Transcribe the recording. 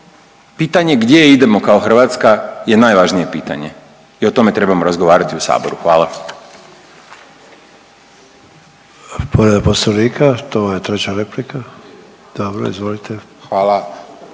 pitanje gdje idemo kao Hrvatska je najvažnije pitanje i o tome trebamo razgovarati u saboru, hvala.